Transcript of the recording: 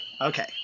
Okay